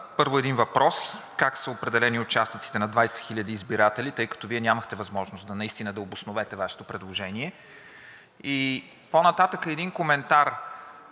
първо с един въпрос: как са определени участъците на 20 хиляди избиратели, тъй като Вие нямахте възможност да обосновете Вашето предложение. И по-нататък един коментар